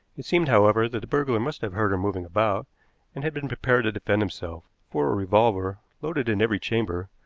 it seemed, however, that the burglar must have heard her moving about and had been prepared to defend himself, for a revolver, loaded in every chamber,